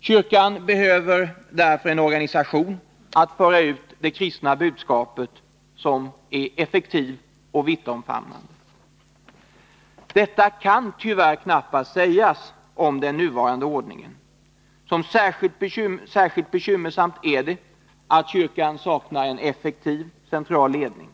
Kyrkan behöver därför en organisation för att föra ut det kristna budskapet som är effektiv och vittomfamnande. Detta kan tyvärr knappast sägas om den nuvarande ordningen. Särskilt bekymmersamt är det att kyrkan saknar en effektiv central ledning.